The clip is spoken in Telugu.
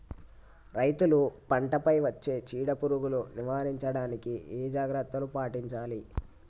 రైతులు పంట పై వచ్చే చీడ పురుగులు నివారించడానికి ఏ జాగ్రత్తలు పాటించాలి?